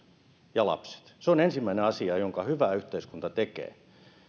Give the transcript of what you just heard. ja lapset se on ensimmäinen asia jonka hyvä yhteiskunta tekee